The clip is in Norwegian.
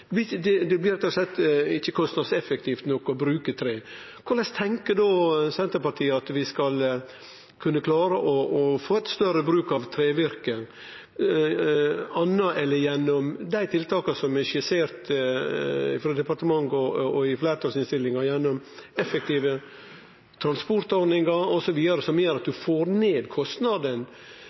Det blir rett og slett ikkje kostnadseffektivt nok å bruke tre. Korleis tenkjer Senterpartiet at vi skal kunne klare å få ein større bruk av trevirke anna enn gjennom dei tiltaka som er skisserte frå departementet og i fleirtalsinnstillinga, som er effektive transportordningar osv., som gjer at ein får ned